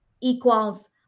equals